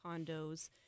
condos